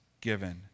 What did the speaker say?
given